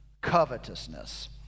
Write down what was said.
covetousness